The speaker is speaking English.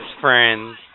friends